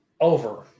Over